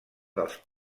dels